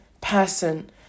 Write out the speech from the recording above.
person